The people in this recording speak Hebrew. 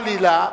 חלילה,